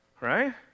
Right